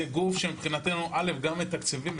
זה גוף שמבחינתנו ראשית גם מתקצבים,